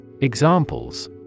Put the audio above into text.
Examples